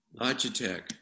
Logitech